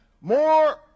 more